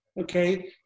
okay